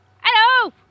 Hello